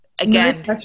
again